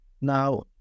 Now